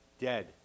Dead